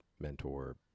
mentor